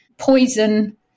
poison